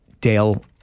Dale